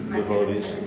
devotees